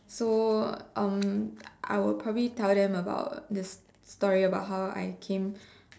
so um I would probably tell them about this story about how I came